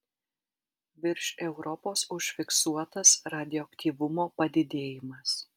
virš europos užfiksuotas radioaktyvumo padidėjimas